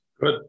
Good